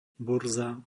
burza